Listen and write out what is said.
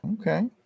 Okay